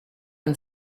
and